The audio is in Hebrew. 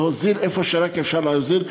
להוזיל איפה שרק אפשר להוזיל,